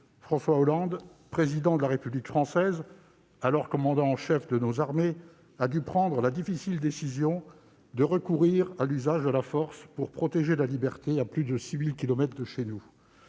François Hollande, Président de la République française, alors commandant en chef de nos armées, a dû prendre la difficile décision de recourir à l'usage de la force pour protéger la liberté à plus de 6 000 kilomètres de chez nous.